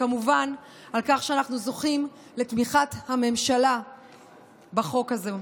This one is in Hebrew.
וכמובן על כך שאנחנו זוכים לתמיכת הממשלה בחוק הזה.